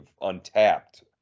untapped